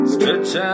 Stretch